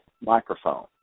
microphone